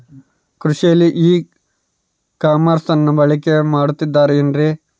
ಕೃಷಿಯಲ್ಲಿ ಇ ಕಾಮರ್ಸನ್ನ ಬಳಕೆ ಮಾಡುತ್ತಿದ್ದಾರೆ ಏನ್ರಿ?